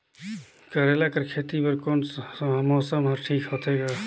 करेला कर खेती बर कोन मौसम हर ठीक होथे ग?